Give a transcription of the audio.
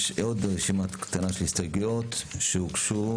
יש עוד רשימה קטנה של הסתייגויות שהוגשו.